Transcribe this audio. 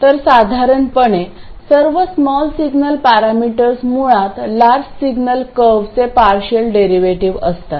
तर सर्वसाधारणपणे सर्व स्मॉल सिग्नल पॅरामीटर्स मुळात लार्ज सिग्नल कर्वचे पार्शियल डेरिव्हेटिव्ह असतात